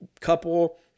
couple